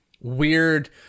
weird